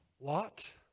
Lot